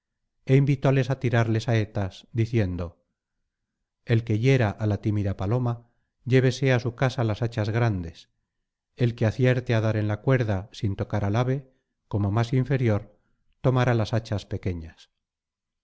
é invitóles á tirarle saetas diciendo el que hiera á la tímida paloma llévese á su casa las hachas grandes el que acierte á dar en la cuerda sin tocar al ave como más inferior tomará las hachas pequeñas